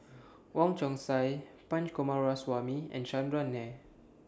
Wong Chong Sai Punch Coomaraswamy and Chandran Nair